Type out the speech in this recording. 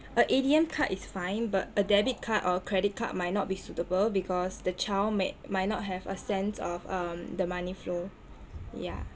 a A_T_M card is fine but a debit card or credit card might not be suitable because the child may might not have a sense of um the money flow yah